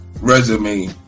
resume